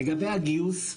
לגבי הגיוס,